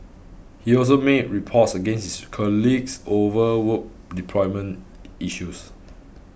he also made reports against his colleagues over work deployment issues